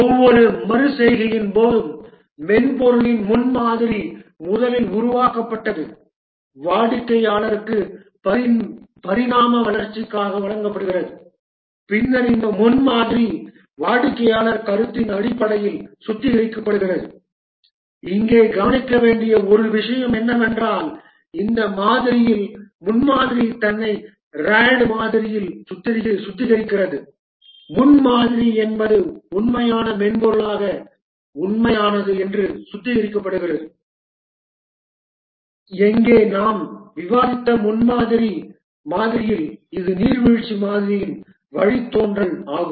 ஒவ்வொரு மறு செய்கையின் போதும் மென்பொருளின் முன்மாதிரி முதலில் உருவாக்கப்பட்டது வாடிக்கையாளருக்கு பரிணாம வளர்ச்சிக்காக வழங்கப்படுகிறது பின்னர் இந்த முன்மாதிரி வாடிக்கையாளர் கருத்தின் அடிப்படையில் சுத்திகரிக்கப்படுகிறது இங்கே கவனிக்க வேண்டிய ஒரு விஷயம் என்னவென்றால் இந்த மாதிரியில் முன்மாதிரி தன்னை RAD மாதிரியில் சுத்திகரிக்கிறது முன்மாதிரி என்பது உண்மையான மென்பொருளாக உண்மையானது என்று சுத்திகரிக்கப்படுகிறது எங்கே நாம் விவாதித்த முன்மாதிரி மாதிரியில் இது நீர்வீழ்ச்சி மாதிரியின் வழித்தோன்றல் ஆகும்